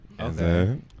Okay